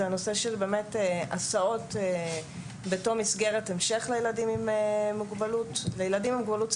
היא הנושא של הסעות בתום מסגרת המשך לילדים עם מוגבלות שכלית.